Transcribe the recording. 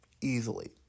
easily